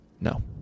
No